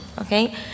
okay